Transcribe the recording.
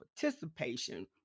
participation